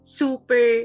super